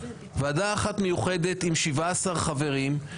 ועדה אחת מיוחדת עם 17 חברים,